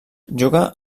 juga